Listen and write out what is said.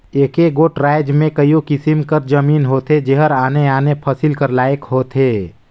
एके गोट राएज में घलो कइयो किसिम कर जमीन होथे जेहर आने आने फसिल कर लाइक होथे